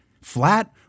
flat